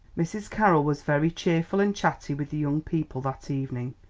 mrs. carroll was very cheerful and chatty with the young people that evening.